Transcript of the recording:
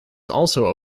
also